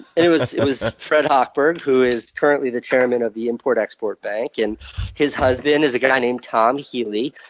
and it was it was fred hochberg, who is currently the chairman of the import-export bank. and his husband is a guy named tom healy,